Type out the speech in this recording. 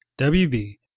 WB